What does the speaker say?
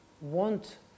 want